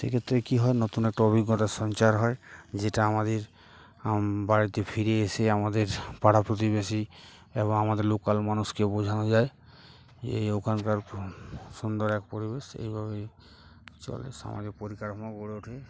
সেক্ষেত্রে কী হয় নতুন একটা অভিজ্ঞতার সঞ্চার হয় যেটা আমাদের বাড়িতে ফিরে এসে আমাদের পাড়া প্রতিবেশী এবং আমাদের লোকাল মানুষকে বোঝানো যায় যে ওখানকার সুন্দর এক পরিবেশ এইভাবেই চলে সামাজিক পরিকাঠামো গড়ে ওঠে